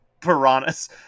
piranhas